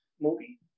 movie